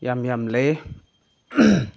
ꯌꯥꯝ ꯌꯥꯝ ꯂꯩ